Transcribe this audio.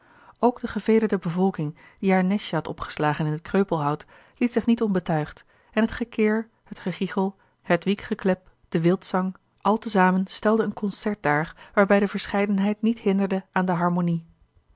ook de gevederde bevolking die haar nestje had opgeslagen in het kreupelhout liet zich niet onbetuigd en het gekir het gegichel het wiekgeklep de wildzang al te zamen stelde een concert daar waarbij de verscheidenheid niet hinderde aan de harmonie